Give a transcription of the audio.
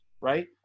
right